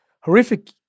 horrific